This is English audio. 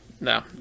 No